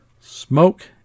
smoke